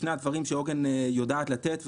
שני הדברים שעוגן יודעת לתת.